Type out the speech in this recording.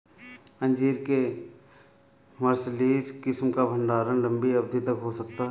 अंजीर के मार्सलीज किस्म का भंडारण लंबी अवधि तक हो सकता है